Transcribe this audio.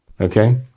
Okay